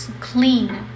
clean